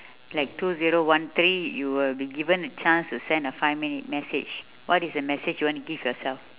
like two zero one three you will be given a chance to send a five minute message what is the message you want to give yourself